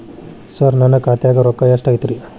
ಸರ ನನ್ನ ಖಾತ್ಯಾಗ ರೊಕ್ಕ ಎಷ್ಟು ಐತಿರಿ?